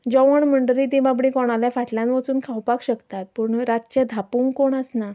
जेवण म्हणटगीर तीं बाबडीं कोणाल्या फाटल्यान वचून खावपाक शकतात पूण रातचें धांपूंक कोण आसना